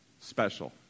special